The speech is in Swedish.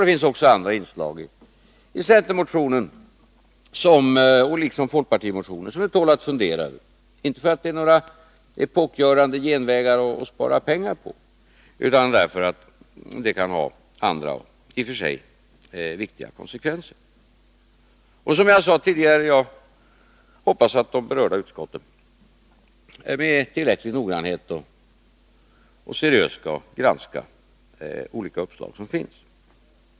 Det finns också andra inslag i centermotionen liksom i folkpartimotionen som tål att fundera över, inte för att de anvisar några epokgörande genvägar för att spara pengar, utan därför att de kan få andra, i och för sig viktiga konsekvenser. Som jag sade tidigare, hoppas jag att de berörda utskotten med tillräcklig noggrannhet och seriöst skall granska de olika uppslag som finns.